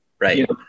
right